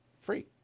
Free